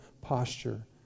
posture